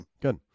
Good